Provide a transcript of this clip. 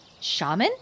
Shaman